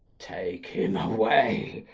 take him away!